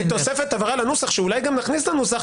תוספת הבהרה על הנוסח שאולי גם נכניס לנוסח,